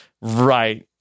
Right